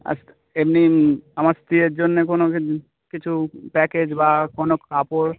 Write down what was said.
আস এমনি আমার স্ত্রী এর জন্যে কোনো কি কিছু প্যাকেজ বা কোনো কাপড়